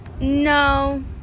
No